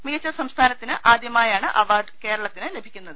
മികച്ച സംസ്ഥാനത്തിന് ആദ്യമായാണ് അവാർഡ് കേരളത്തിന് ലഭിക്കുന്നത്